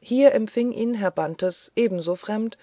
hier empfing ihn herr bantes ebenso fremd